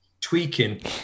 tweaking